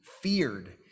feared